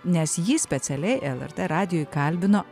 nes jį specialiai lrt radijui kalbino